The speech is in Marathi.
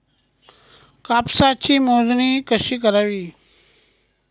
कापसाची मोजणी कशी करावी?